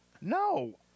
No